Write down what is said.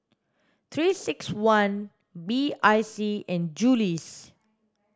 three six one B I C and Julie's